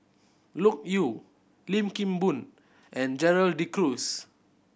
Loke Yew Lim Kim Boon and Gerald De Cruz